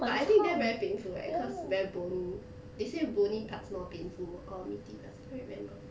but I think there very painful right cause very bony they say bony parts more painful or meaty parts can't remember